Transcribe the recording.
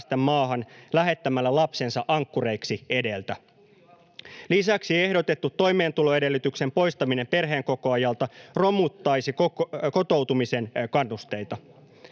maahan lähettämällä lapsensa ankkurina edellä. Lisäksi ehdotettu toimeentuloedellytyksen poistaminen perheenkokoajalta romuttaisi kotoutumisen kannusteita.